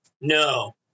No